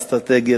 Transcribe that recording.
אסטרטגית,